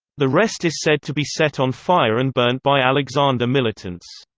the rest is said to be set on fire and burnt by alexander militants.